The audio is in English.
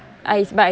oh your